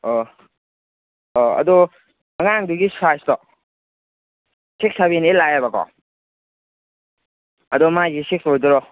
ꯑꯥ ꯑꯗꯣ ꯑꯉꯥꯡꯗꯨꯒꯤ ꯁꯥꯏꯁꯇꯣ ꯁꯤꯛꯁ ꯁꯚꯦꯟ ꯑꯩꯠ ꯂꯥꯛꯑꯦꯕꯀꯣ ꯑꯗꯨ ꯃꯥꯒꯤꯁꯤ ꯁꯤꯛꯁ ꯑꯣꯏꯗꯣꯏꯔꯣ